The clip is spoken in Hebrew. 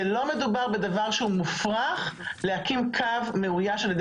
לא מדובר בדבר שהוא מופרך להקים קו מאויש על ידי